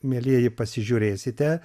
mielieji pasižiūrėsite